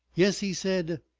yes, he said,